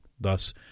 Thus